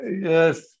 Yes